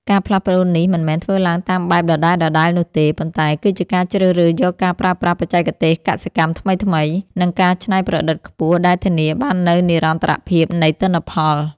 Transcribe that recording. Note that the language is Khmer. ការផ្លាស់ប្តូរនេះមិនមែនធ្វើឡើងតាមបែបដដែលៗនោះទេ ប៉ុន្តែគឺជាការជ្រើសរើសយកការប្រើប្រាស់បច្ចេកទេសកសិកម្មថ្មីៗ និងការច្នៃប្រឌិតខ្ពស់ដែលធានាបាននូវនិរន្តរភាពនៃទិន្នផល។